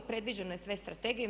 Predviđeno je sve strategijom.